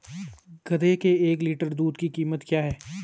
गधे के एक लीटर दूध की कीमत क्या है?